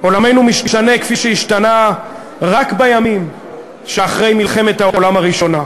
עולמנו משתנה כפי שהשתנה רק בימים שאחרי מלחמת העולם הראשונה.